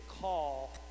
call